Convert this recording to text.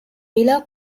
willow